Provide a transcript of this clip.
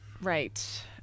Right